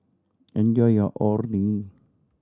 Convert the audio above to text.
enjoy your Orh Nee